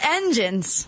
engines